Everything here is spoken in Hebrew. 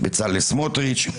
בצלאל סמוטריץ',